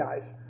guys